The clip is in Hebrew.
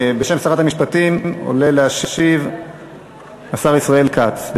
בשם שרת המשפטים עולה להשיב השר ישראל כץ.